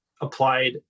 applied